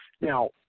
Now